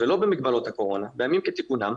ולא במגבלות הקורונה אלא בימים כתיקונם,